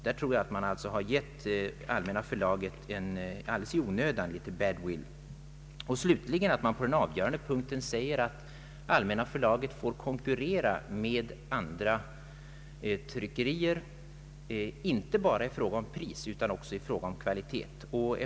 Där tror jag att man alldeles i onödan gett Allmänna förlaget en bad-will. Slutligen borde på den avgörande punkten Allmänna förlaget få konkurrera med andra tryckerier inte bara i fråga om pris utan även i fråga om kvalitet.